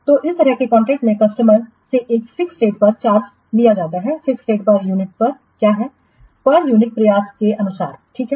तो इस तरह के कॉन्ट्रैक्ट में कस्टमर से एक फिक्स रेट पर चार्ज लिया जाता है फिक्स रेट पर यूनिट क्या है पर यूनिट प्रयास के अनुसार ठीक है